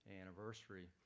anniversary